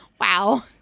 Wow